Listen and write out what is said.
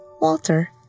Walter